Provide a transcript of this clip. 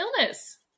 illness